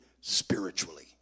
spiritually